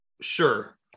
sure